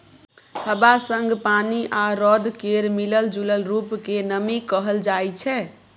हबा संग पानि आ रौद केर मिलल जूलल रुप केँ नमी कहल जाइ छै